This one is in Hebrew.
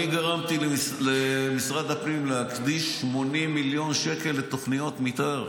אני גרמתי למשרד הפנים להקדיש 80 מיליון שקל לתוכניות מתאר.